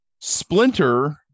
Splinter